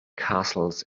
castles